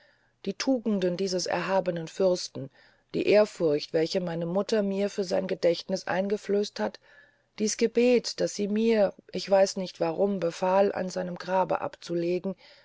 die tugenden dieses erhabenen fürsten die ehrfurcht welche meine mutter mir für sein gedächtniß eingeflößt hat dies gebet das sie mir ich weiß nicht warum befahl an seinem grabe abzulegen